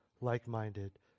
like-minded